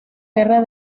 guerra